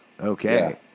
Okay